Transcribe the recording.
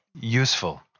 useful